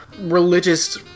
religious